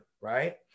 right